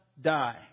die